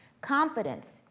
Confidence